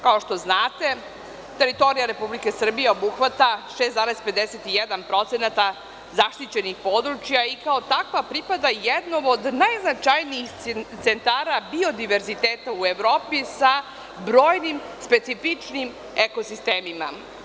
Kao što znate, teritorija Republike Srbije obuhvata 6,51% zaštićenih područja i kao takva pripada jednom od najznačajnijih centara biodiverziteta u Evropi, sa brojnim specifičnim ekosistemima.